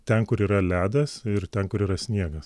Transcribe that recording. ten kur yra ledas ir ten kur yra sniegas